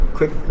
Quick